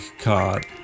card